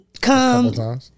Come